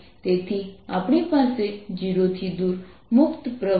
તેથી આપણી પાસે 0 થી દૂર મુક્ત પ્રવાહ નથી